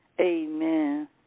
Amen